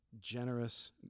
generous